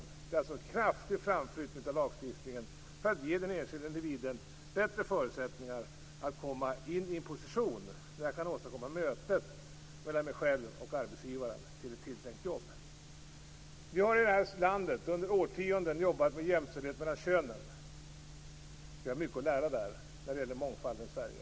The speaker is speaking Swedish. Det är alltså en kraftig framflyttning av lagstiftningen för att kunna ge individen bättre förutsättningar att komma till en position där ett möte kan åstadkommas med arbetsgivaren för ett tilltänkt jobb. Vi har i det här landet under årtionden jobbat med jämställdhet mellan könen. Vi har mycket att lära av det när det gäller mångfaldens Sverige.